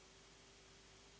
Hvala,